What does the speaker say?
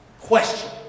question